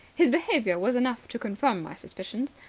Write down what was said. his behaviour was enough to confirm my suspicions.